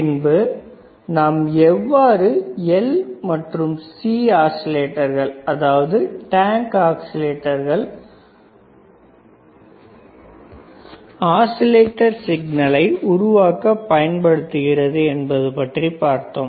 பின்பு நாம் எவ்வாறு L மற்றும் C ஆசிலேட்டர்கள் அதாவது டேங்க் ஆசிலேட்டர்கள் ஆசிலேட்டர் சிக்னலை உருவாக்க பயன்படுகிறது என்பதைப் பற்றி பார்த்தோம்